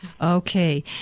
Okay